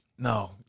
No